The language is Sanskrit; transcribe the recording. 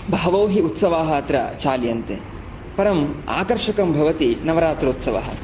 बहवो हि उत्सवाः अत्र चाल्यन्ते परम् आकर्षकं भवति नवरात्रोत्सवः